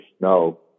No